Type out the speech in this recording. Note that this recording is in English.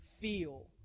feel